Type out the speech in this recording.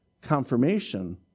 confirmation